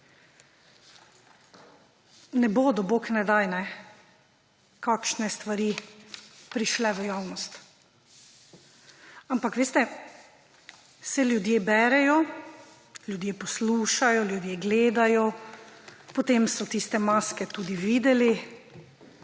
ne bodo, bog ne daj, kakšne stvari prišle v javnost. Ampak veste, saj ljudje berejo, ljudje poslušajo, ljudje gledajo, potem so tiste maske tudi videli